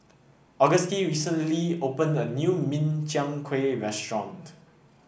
Auguste recently opened a new Min Chiang Kueh restaurant